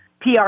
PR